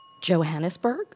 Johannesburg